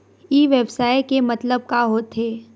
ई व्यवसाय के मतलब का होथे?